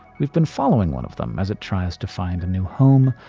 we've been following one of them as it tries to find a new home,